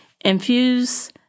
infuse